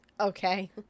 Okay